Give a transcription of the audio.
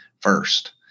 first